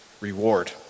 reward